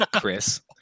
Chris